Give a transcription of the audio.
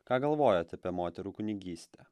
ką galvojat apie moterų kunigystę